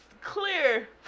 clear